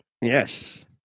Yes